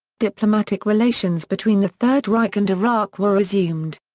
diplomatic relations between the third reich and iraq were resumed.